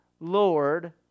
Lord